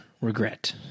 regret